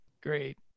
Great